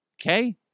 okay